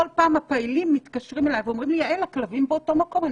הפעילים כל פעם מתקשרים אליי ואומרים לי שהכלבים באותו מקום,